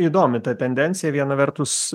įdomi ta tendencija viena vertus